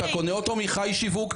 אתה קונה אותו מחי שיווק.